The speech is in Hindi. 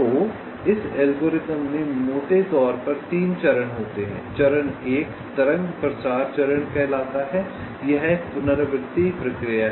तो इस एल्गोरिथ्म में मोटे तौर पर 3 चरण होते हैं चरण 1 तरंग प्रसार चरण कहलाता है यह एक पुनरावृत्ति प्रक्रिया है